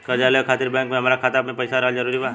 कर्जा लेवे खातिर बैंक मे हमरा खाता मे पईसा रहल जरूरी बा?